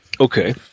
Okay